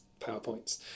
PowerPoints